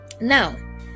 now